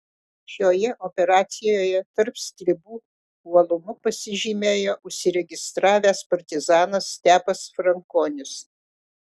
šioje operacijoje tarp stribų uolumu pasižymėjo užsiregistravęs partizanas stepas frankonis